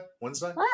Wednesday